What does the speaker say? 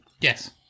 yes